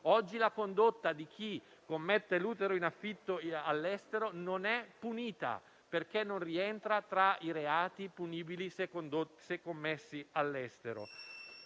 Oggi la condotta di chi ricorre alla pratica dell'utero in affitto all'estero non è punita, perché non rientra tra i reati punibili, se commessi all'estero.